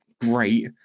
great